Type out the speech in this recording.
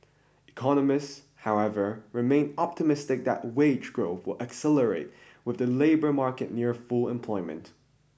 economists however remain optimistic that wage growth will accelerate with the labour market near full employment